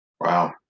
Wow